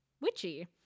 witchy